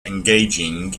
engaging